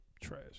Trash